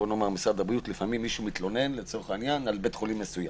במשרד הבריאות לפעמים מישהו מתלונן על בית חולים מסוים,